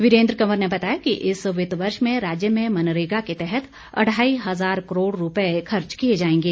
वीरेन्द्र कंवर ने बताया कि इस वित्त वर्ष में राज्य में मनरेगा के तहत अढ़ाई हज़ार करोड़ रूपए खर्च किए जाएंगे